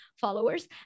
followers